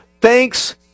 Thanks